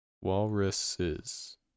Walruses